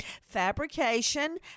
fabrication